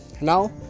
Now